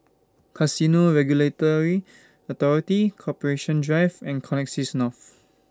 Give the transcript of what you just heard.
Casino Regulatory Authority Corporation Drive and Connexis North